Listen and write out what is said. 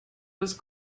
was